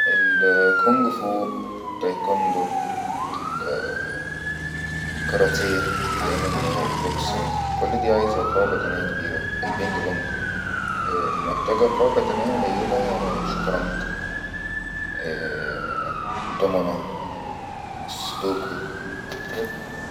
الكنج فو تاي كوندو